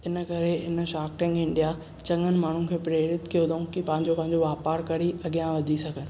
इन करे हिन शार्क टैंक इण्डिया चङनि माण्हुनि खे प्रेरित कियो अथऊं कि पंहिंजो पंहिंजो व्यापार करे अॻिया वधी सघनि